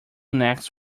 next